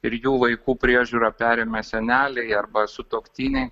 ir jų vaikų priežiūrą perima seneliai arba sutuoktiniai